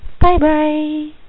Bye-bye